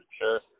Sure